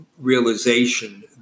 realization